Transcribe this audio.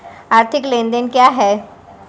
आर्थिक लेनदेन क्या है?